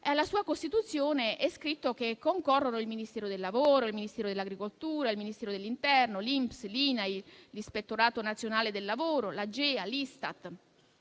Alla sua costituzione è scritto che concorrono il Ministero del lavoro, il Ministero dell'agricoltura, il Ministero dell'interno, l'INPS, l'Inail, l'Ispettorato nazionale del lavoro, l'Agea e l'Istat,